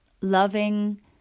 loving